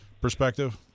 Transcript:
perspective